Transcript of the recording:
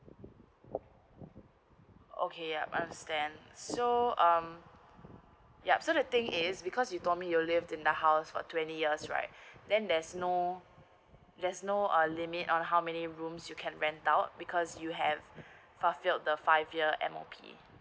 oh okay I understand so um ya so the thing is because you told me you lived in the house for twenty years right then there's no there's no ugh limit on how many rooms you can rent out because you have fulfilled the five year MOP